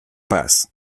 paz